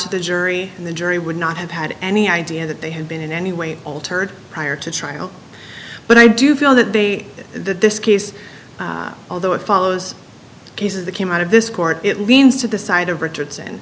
to the jury and the jury would not have had any idea that they had been in any way altered prior to trial but i do feel that they that this case although it follows cases that came out of this court it leans to the side of richardson